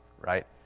right